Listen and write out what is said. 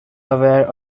aware